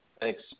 Thanks